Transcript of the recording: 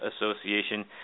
Association